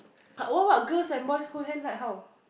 what what girls and boys hold hands like how